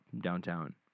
downtown